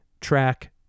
track